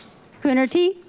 coonerty?